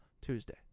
Tuesday